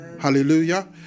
Hallelujah